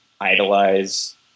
idolize